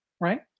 Right